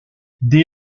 dès